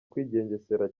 kwigengesera